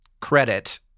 credit